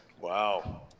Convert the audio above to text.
Wow